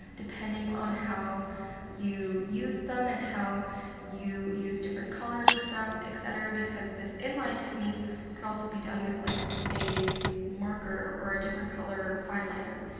depending on how you use them, and how you use different colors with them, etc, because this in-line technique can also be done with like a marker, or a different color fineliner.